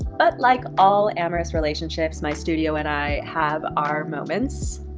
but like all amorous relationships, my studio and i have our moments.